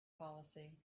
policy